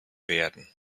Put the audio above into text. werden